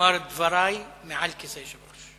אומר את דברי מעל כיסא היושב-ראש.